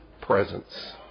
presence